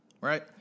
right